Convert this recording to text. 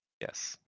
Yes